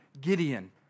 Gideon